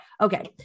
okay